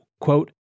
quote